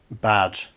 bad